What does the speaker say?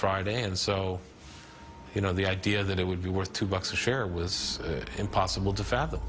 friday and so you know the idea that it would be worth two bucks a share was impossible to fathom